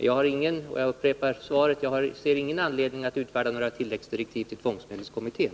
Jag ser ingen anledning — jag upprepar här vad jag sade i svaret — att utfärda några tilläggsdirektiv till tvångsmedelskommittén.